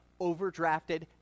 overdrafted